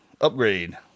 upgrade